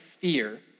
fear